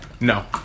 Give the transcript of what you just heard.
No